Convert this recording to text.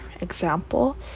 example